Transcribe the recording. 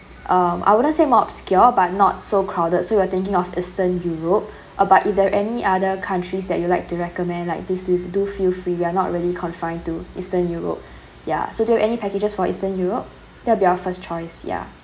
um I wouldn't say more obscure but not so crowded so we are thinking of eastern europe uh but if there's any other countries that you'd like to recommend like this you do feel free we are not really confined to eastern europe yeah so do you have any packages for eastern europe that'll be our first choice yeah